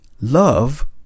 love